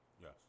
Yes